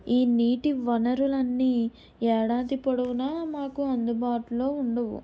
ఈ నీటి వనరులన్నీ ఏడాది పొడువునా మాకు అందుబాటులో ఉండవు